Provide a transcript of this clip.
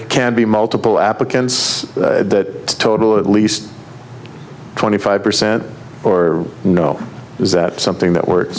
can be multiple applicants that total at least twenty five percent or no is that something that works